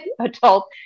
adult